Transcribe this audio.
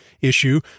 issue